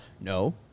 No